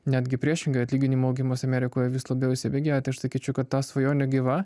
netgi priešingai atlyginimų augimas amerikoje vis labiau įsibėgėja tai aš sakyčiau kad ta svajonė gyva